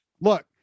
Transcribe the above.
Look